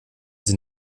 sie